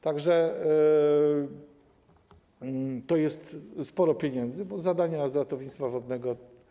Tak że to jest sporo pieniędzy na zadania z ratownictwa wodnego.